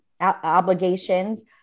obligations